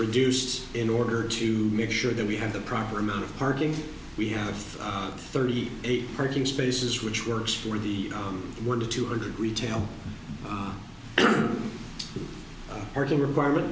reduced in order to make sure that we have the proper amount of parking we have thirty eight parking spaces which works for the one to two hundred retail on the working requirement